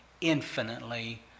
infinitely